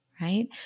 right